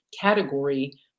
category